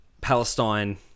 palestine